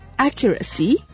Accuracy